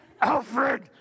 Alfred